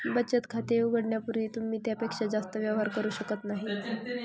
बचत खाते उघडण्यापूर्वी तुम्ही त्यापेक्षा जास्त व्यवहार करू शकत नाही